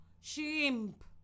shrimp